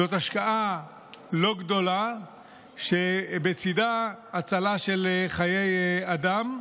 זאת השקעה לא גדולה שבצידה הצלה של חיי אדם,